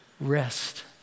rest